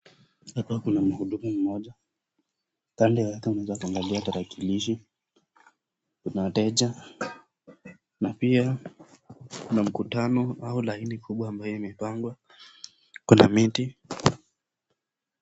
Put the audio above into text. Hapa kuna mhudumu mmoja . Kando yake unaweza kuangalia tarakilishi kuna wateja na pia kuna mkutano au laini kubwa ambayo imepangwa . Kuna miti.